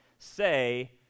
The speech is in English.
say